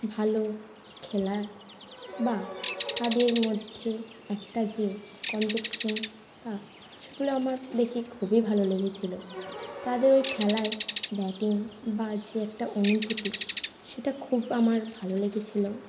ভালো খেলার বা তাদের মধ্যে একটা যে কম্পিটিশন বা সেগুলো আমার দেখে খুবই ভালো লেগেছিল তাদের ওই খেলায় ব্যাটিং বা যে একটা অনুভূতি সেটা খুব আমার ভালো লেগেছিল